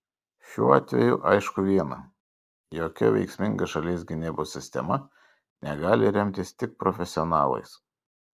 šiuo atveju aišku viena jokia veiksminga šalies gynybos sistema negali remtis tik profesionalais